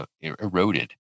eroded